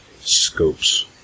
scopes